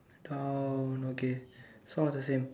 down okay it's all the same